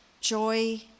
joy